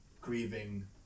grieving